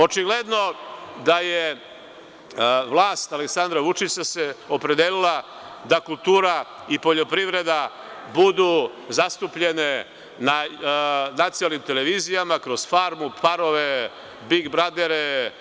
Očigledno da se vlast Aleksandra Vučića opredelila da kultura i poljoprivreda budu zastupljene na nacionalnim televizijama, kroz Farmu, Parove, Big bradere.